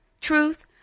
Truth